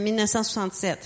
1967